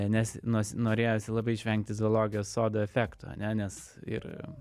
nes nos norėjosi labai išvengti zoologijos sodo efekto ane nes ir